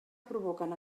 provoquen